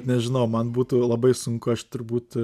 nežinau man būtų labai sunku aš turbūt